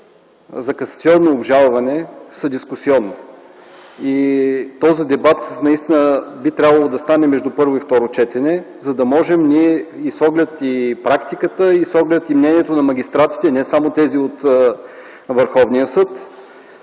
за касационно обжалване са дискусионни и този дебат наистина би трябвало да стане между първо и второ четене, за да можем ние, с оглед на практиката, и мнението на магистратите, не само тези от Върховния съд,